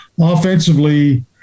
offensively